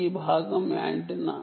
ఈ భాగం యాంటెన్నా